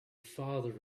father